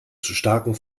starken